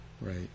right